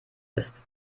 ist